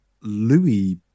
Louis